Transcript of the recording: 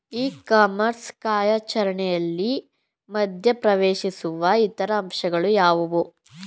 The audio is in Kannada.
ಇ ಕಾಮರ್ಸ್ ಕಾರ್ಯಾಚರಣೆಯಲ್ಲಿ ಮಧ್ಯ ಪ್ರವೇಶಿಸುವ ಇತರ ಅಂಶಗಳು ಯಾವುವು?